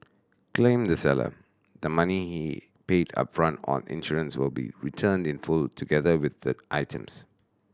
claimed the seller the money he paid upfront on insurance will be returned in full together with the items